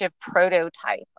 prototype